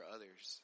others